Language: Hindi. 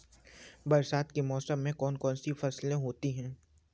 बरसात के मौसम में कौन कौन सी फसलें होती हैं?